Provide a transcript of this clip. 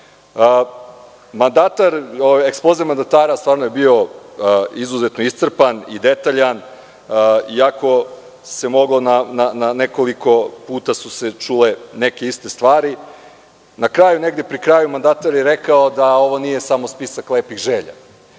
mandatara stvarno je bio izuzetno iscrpan i detaljan iako se mogao, na nekoliko puta su se čule neke iste stvari, na kraju, negde pri kraju, mandatar je rekao da ovo nije samo spisak lepih želja.